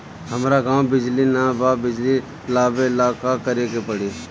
हमरा गॉव बिजली न बा बिजली लाबे ला का करे के पड़ी?